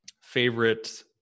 favorite